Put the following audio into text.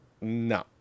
no